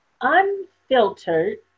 Unfiltered